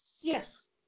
Yes